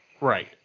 Right